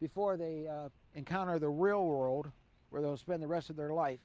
before they encounter the real world where they'll spend the rest of their life.